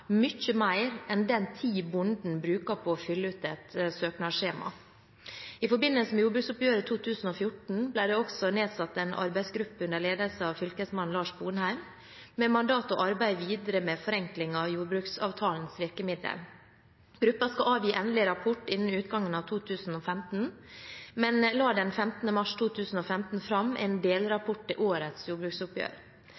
mer enn den tiden bonden bruker på å fylle ut et søknadsskjema. I forbindelse med jordbruksoppgjøret 2014 ble det også nedsatt en arbeidsgruppe under ledelse av fylkesmann Lars Sponheim med mandat å arbeide videre med forenkling av jordbruksavtalens virkemidler. Gruppen skal avgi endelig rapport innen utgangen av 2015, men la den 15. mars 2015 fram en delrapport til årets jordbruksoppgjør.